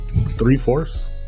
three-fourths